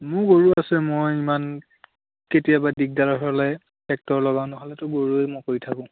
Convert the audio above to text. মোৰ গৰু আছে মই ইমান কেতিয়াবা দিগদাৰ হ'লে ট্ৰেক্টৰ লগাও নহ'লেতো গৰুৱে মই কৰি থাকোঁ